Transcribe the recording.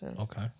Okay